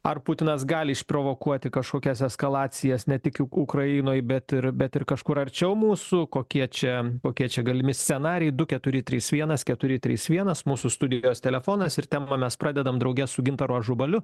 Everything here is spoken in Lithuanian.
ar putinas gali išprovokuoti kažkokias eskalacijas ne tik į uk ukrainoj bet ir bet ir kažkur arčiau mūsų kokie čia kokie čia galimi scenarijai du keturi trys vienas keturi trys vienas mūsų studijos telefonas ir temą mes pradedam drauge su gintaru ažubaliu